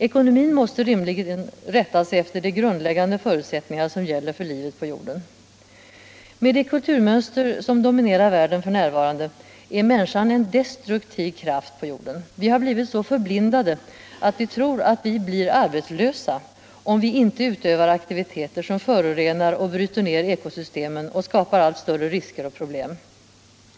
Ekonomin måste rimligen rätta sig efter de grundläggande förutsättningar som gäller för livet på jorden. Med det kulturmönster som dominerar världen f. n. är människan en destruktiv kraft på jorden. Vi har blivit så förblindade att vi tror att vi blir arbetslösa om vi inte utövar aktiviteter som förorenar och bryter ned ekosystemen och skapar allt större risker och problem.